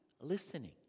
listening